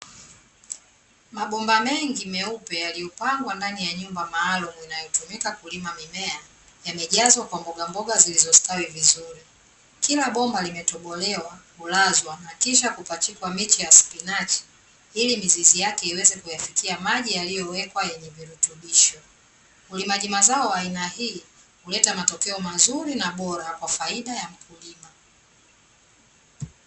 Mabomba mengi meupe yaliyopangwa ndani ya nyumba maalumu inayotumika kulima mimea. yamejazwa kwa mbogamboga zilizo stawi vizuri. Kila bomba limetobolewa, hulazwa na kisha kupachikwa miche ya spinachi ili mizizi yake iweze kuyafikia maji yaliyowekwa yenye virutubisho. Ulimaji mazao wa aina hii huleta matokeo mazuri na bora kwa faida ya mkulima.